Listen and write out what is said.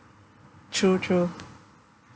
true true